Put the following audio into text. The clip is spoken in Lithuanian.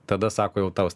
tada sako jau tau